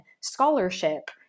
scholarship